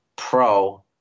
pro